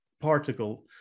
particle